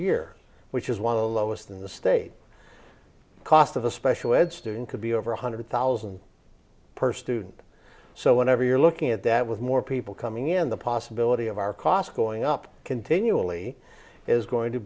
year which is one of the lowest in the state the cost of a special ed student could be over one hundred thousand per student so whenever you're looking at that with more people coming in the possibility of our costs going up continually is going to